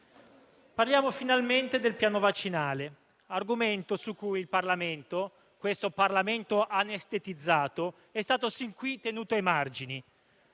parliamo finalmente del piano vaccinale, argomento su cui questo Parlamento anestetizzato è stato sin qui tenuto ai margini.